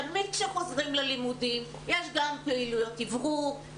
תמיד כשחוזרים ללימודים יש גם פעילויות אוורור,